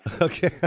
Okay